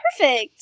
perfect